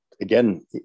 again